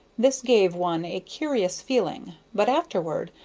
this gave one a curious feeling, but afterward,